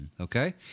Okay